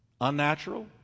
Unnatural